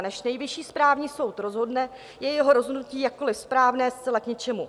Než Nejvyšší správní soud rozhodne, je jeho rozhodnutí, jakkoli správné, zcela k ničemu.